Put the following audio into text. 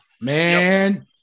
Man